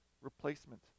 replacement